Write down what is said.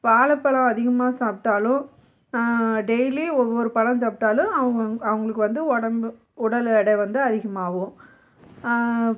வாழைப்பழம் அதிகமாக சாப்பிட்டாலும் டெய்லி ஒவ்வொரு பழம் சாப்பிட்டாலும் அவங்க அவங்களுக்கு வந்து உடம்பு உடல் எடை வந்து அதிகமாகும்